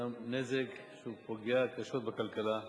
זה גם נזק שפוגע קשות בכלכלה.